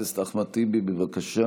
חבר הכנסת אחמד טיבי, בבקשה.